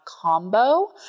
combo